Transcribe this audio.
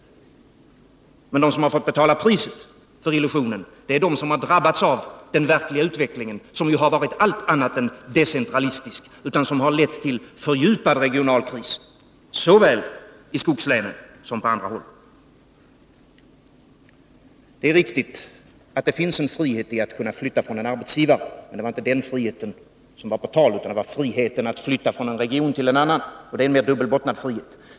Men de som har fått betala priset för illusionen är de som drabbats av den verkliga utvecklingen, som ju har varit allt annat än decentralistisk utan har lett till fördjupad regional kris såväl i skogslänen som på andra håll. Det är riktigt att det finns en frihet i att kunna flytta från en arbetsgivare, men det var inte den friheten som var på tal, utan det var friheten att kunna flytta från en region till en annan, och det är en mer dubbelbottnad frihet.